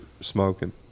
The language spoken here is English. smoking